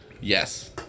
Yes